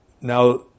now